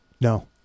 No